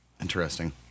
Interesting